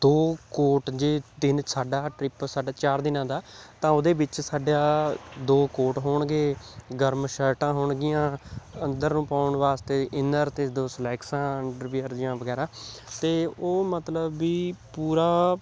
ਦੋ ਕੋਟ ਜੇ ਤਿੰਨ ਸਾਡਾ ਟ੍ਰਿਪ ਸਾਡਾ ਚਾਰ ਦਿਨਾਂ ਦਾ ਤਾਂ ਉਹਦੇ ਵਿੱਚ ਸਾਡਾ ਦੋ ਕੋਟ ਹੋਣਗੇ ਗਰਮ ਸ਼ਰਟਾਂ ਹੋਣਗੀਆਂ ਅੰਦਰ ਨੂੰ ਪਾਉਣ ਵਾਸਤੇ ਇਨਰ ਅਤੇ ਦੋ ਸਲੈਕਸਾਂ ਅੰਡਰਵੀਅਰ ਜੀਆਂ ਵਗੈਰਾ ਅਤੇ ਉਹ ਮਤਲਬ ਵੀ ਪੂਰਾ